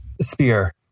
spear